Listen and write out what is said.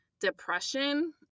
depression